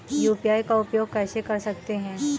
UPI का उपयोग कैसे कर सकते हैं?